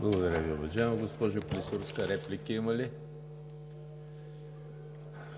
Благодаря Ви, уважаема госпожо Клисурска. Реплики има ли?